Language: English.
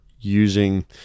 using